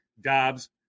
Dobbs